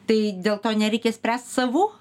tai dėl to nereikia spręst savų